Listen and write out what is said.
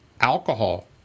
alcohol